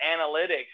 analytics